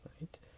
right